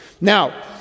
Now